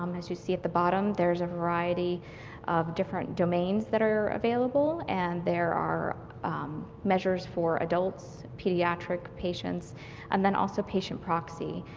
um as you see at the bottom, there's a variety of different domains that are available, and there are measures for adult pediatric patients and also patient proxy.